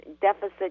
deficit